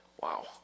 Wow